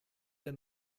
der